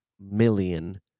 million